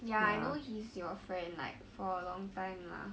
ya I know he's your friend like for a long time lah